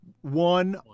one